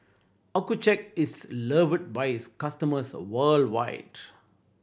Accucheck is loved by its customers worldwide